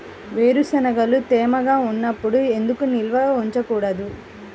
వేరుశనగలు తేమగా ఉన్నప్పుడు ఎందుకు నిల్వ ఉంచకూడదు?